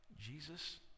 Jesus